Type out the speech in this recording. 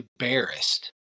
embarrassed